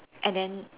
and then